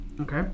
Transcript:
Okay